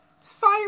fire